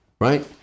right